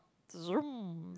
zoom